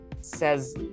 says